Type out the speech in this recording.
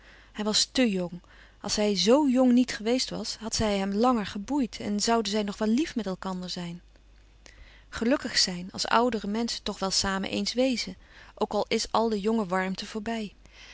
hij was te jong als hij zoo jong niet geweest was had zij hem langer louis couperus van oude menschen de dingen die voorbij gaan geboeid en zouden zij nog wel lief met elkander zijn gelukkig zijn als oudere menschen toch wel samen eens wezen ook al is al de jonge warmte voorbij